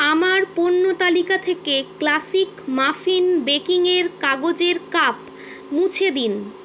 আমার পণ্য তালিকা থেকে ক্লাসিক মাফিন বেকিং এর কাগজের কাপ মুছে দিন